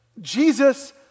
Jesus